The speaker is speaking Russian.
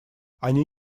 они